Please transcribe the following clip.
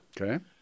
Okay